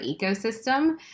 ecosystem